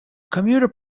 commuter